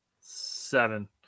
Seven